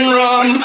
run